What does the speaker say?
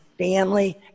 family